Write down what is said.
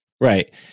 Right